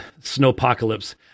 snowpocalypse